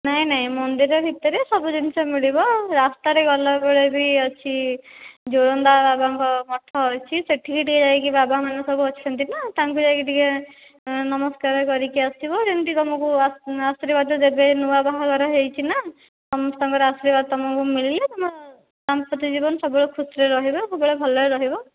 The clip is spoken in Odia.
ନାହିଁ ନାହିଁ ମନ୍ଦିର ଭିତରେ ସବୁ ଜିନିଷ ମିଳିବ ରାସ୍ତାରେ ଗଲାବେଳେ ବି ଅଛି ଯୋରନ୍ଦା ବାବାଙ୍କ ମଠ ଅଛି ସେଠିକି ଟିକେ ଯାଇକି ଟିକେ ବାବା ମାନେ ସବୁ ଅଛନ୍ତି ନା ତାଙ୍କୁ ଯାଇକି ଟିକେ ନା ନମସ୍କାର କରିକି ଆସିବ ଯେମିତି ତୁମକୁ ଆଶୀର୍ବାଦ ଦେବେ ନୂଆ ବାହାଘର ହୋଇଛି ନା ସମସ୍ତଙ୍କ ଆଶୀର୍ବାଦ ତୁମକୁ ମିଳିଲେ ଦାମ୍ପତ୍ୟ ଜୀବନ ସବୁବେଳେ ଖୁସିରେ ରହିବ ସବୁବେଳେ ଭଲରେ ରହିବ